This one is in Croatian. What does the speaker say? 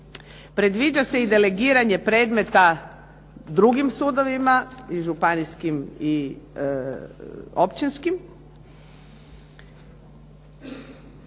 Predviđa se i delegiranje predmeta drugim sudovima i županijskim i općinskim,